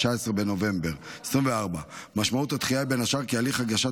19 בנובמבר 2024. משמעות הדחייה היא בין השאר כי הליך הגשת